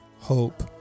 Hope